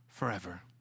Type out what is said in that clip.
forever